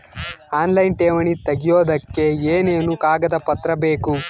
Online ಠೇವಣಿ ತೆಗಿಯೋದಕ್ಕೆ ಏನೇನು ಕಾಗದಪತ್ರ ಬೇಕು?